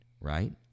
right